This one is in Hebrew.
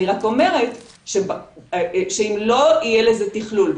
אני רק אומרת שאם לא יהיה לזה תכלול,